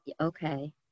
okay